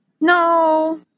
No